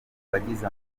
bagize